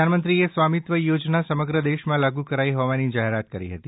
પ્રધાનમંત્રીએ સ્વામીત્વ યોજના સમગ્ર દેશમાં લાગુ કરાઈ હોવાથી જાહેરાત કરી હતી